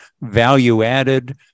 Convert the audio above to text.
value-added